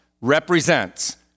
represents